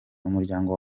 umuryango